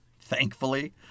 thankfully